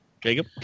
Jacob